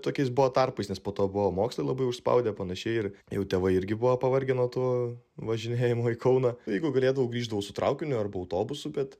tokiais buvo tarpais nes po to buvo mokslai labai užspaudę panašiai ir jau tėvai irgi buvo pavargę nuo to važinėjimo į kauną jeigu galėdavau grįždavau su traukiniu arba autobusu bet